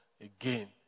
again